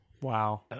Wow